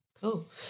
cool